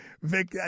Vic